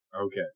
Okay